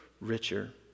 richer